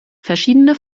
verschiedene